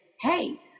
hey